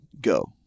go